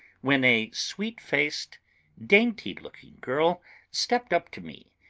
when a sweet-faced, dainty-looking girl stepped up to me,